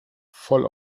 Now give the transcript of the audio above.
voll